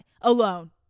alone